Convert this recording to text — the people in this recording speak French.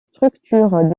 structures